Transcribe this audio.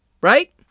Right